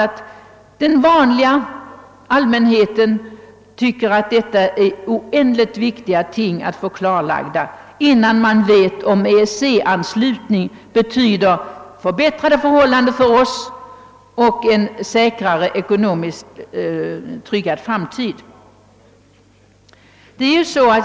Men den stora allmänheten tycker självfallet att detta är oändligt viktiga ting att få klarlagda, ty innan så skett vet man ju inte i vad mån en anslutning till EEC betyder bättre förhållanden för oss och en säkrare ekonomisk framtid.